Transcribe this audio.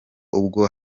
ubwo